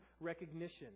recognition